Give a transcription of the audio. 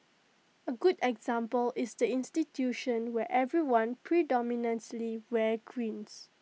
A good example is the institution where everyone predominantly wears greens